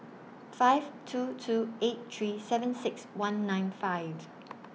five two two eight three seven six one nine five